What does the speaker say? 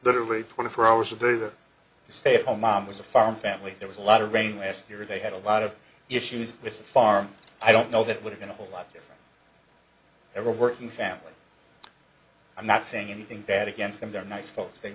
literally twenty four hours a day stay at home mom with a farm family there was a lot of rain last year they had a lot of issues to farm i don't know if it would have been a whole lot of a working family i'm not saying anything bad against them they're nice folks they